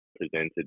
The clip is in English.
presented